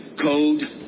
code